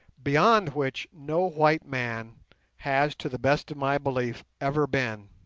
beyond which no white man has to the best of my belief ever been